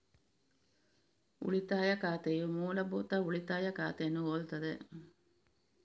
ಉಳಿತಾಯ ಖಾತೆಯು ಮೂಲಭೂತ ಉಳಿತಾಯ ಖಾತೆಯನ್ನು ಹೋಲುತ್ತದೆ